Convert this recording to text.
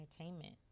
entertainment